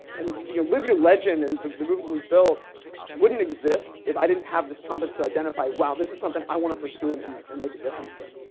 and live your legend and the movement we've built wouldn't exist if i didn't have this compass to identify, wow, this is something i want to pursue and and and make a difference with.